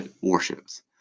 warships